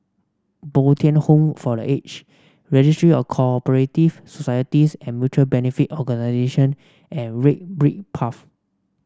Bo Tien Home for The Age Registry of Co operative Societies and Mutual Benefit Organisation and Red Brick Path